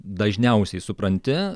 dažniausiai supranti